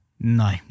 No